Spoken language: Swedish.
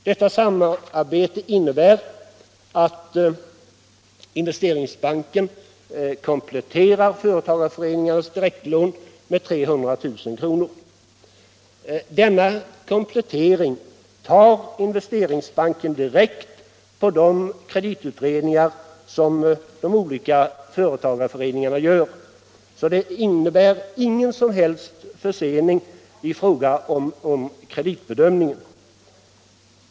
Detta samarbete innebär att Investeringsbanken kompletterar företagareföreningarnas direktlån med 300 000 kr. Denna komplettering tar Investeringsbanken direkt på de kreditutredningar som företagareföreningarna gör, så det innebär ingen som helst försening i fråga om kreditbedömningen.